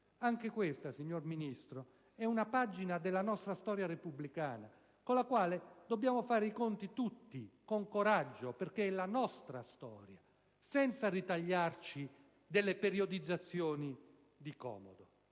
Anche questa, signora Ministro, è una pagina della nostra storia repubblicana con la quale dobbiamo fare i conti tutti con coraggio perché è la nostra storia, senza ritagliarci delle periodizzazioni di comodo.